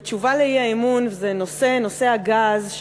בתשובה על האי-אמון בנושא הגז,